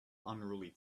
unruly